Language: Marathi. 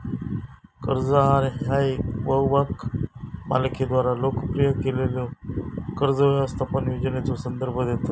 कर्ज आहार ह्या येका बहुभाग मालिकेद्वारा लोकप्रिय केलेल्यो कर्ज व्यवस्थापन योजनेचो संदर्भ देतत